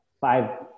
five